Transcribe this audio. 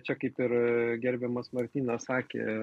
čia kaip ir gerbiamas martynas sakė